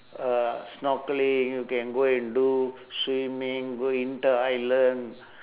uh snorkelling you can go and do swimming go inter island